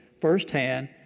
firsthand